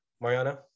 Mariana